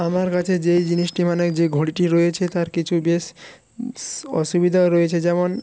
আমার কাছে যে জিনিসটি মানে যে ঘড়িটি রয়েছে তার কিছু বেশ অসুবিধাও রয়েছে যেমন